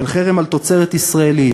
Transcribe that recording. של חרם על תוצרת ישראלית,